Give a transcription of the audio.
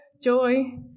joy